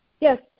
Yes